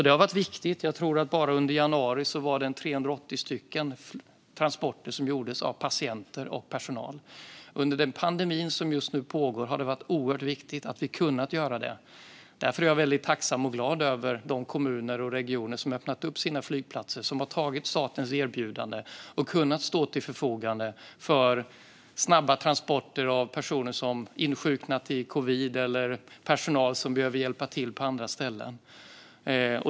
Det har varit viktigt. Bara under januari gjordes 380 transporter av patienter och personal. Under den pandemi som just nu pågår har det varit oerhört viktigt att vi har kunnat göra så. Därför är jag tacksam och glad över de kommuner och regioner som har öppnat sina flygplatser, som har antagit statens erbjudande och kunnat stå till förfogande för snabba transporter av personer som insjuknat i covid eller personal som behöver hjälpa till på andra ställen.